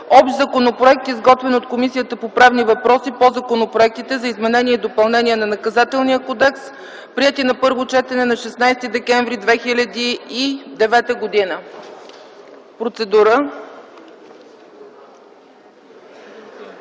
законопроект, изготвен от Комисията по правни въпроси по законопроектите за изменение и допълнение на Наказателния кодекс, приети на първо четене на 16 декември 2009 г. Процедура.